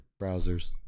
browsers